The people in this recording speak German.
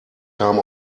kam